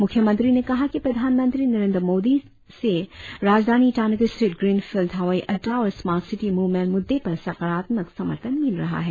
मुख्यमंत्री ने कहा कि प्रधानमंत्री नरेंद्र मोदी से राजधानी ईटानगर स्थित ग्रीन फिल्ड हवाई अड्डा और स्मार्ट सिटी मुवमेंट मुद्दे पर साकारात्मक समर्थन मिल रहा है